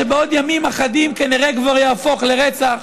שבעוד ימים אחדים כנראה כבר יהפוך לרצח